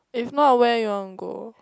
if not where you want go